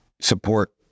support